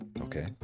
Okay